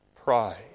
pride